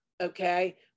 okay